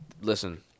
Listen